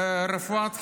רפואת חירום,